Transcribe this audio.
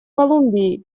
колумбии